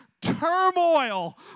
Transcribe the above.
turmoil